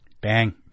Bang